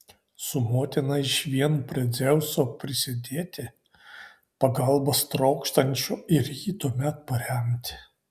su motina išvien prie dzeuso prisidėti pagalbos trokštančio ir jį tuomet paremti